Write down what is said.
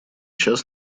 час